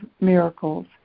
miracles